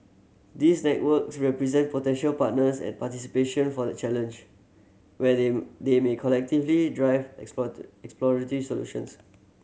these network represent potential partners and participantion for the Challenge where they they may collectively drive exploratory solutions